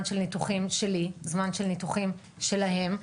של ניתוחים שלי וזמן של ניתוחים שלהם.